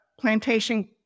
plantation